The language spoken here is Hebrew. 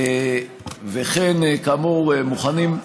וכן, כאמור, מוכנים,